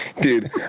Dude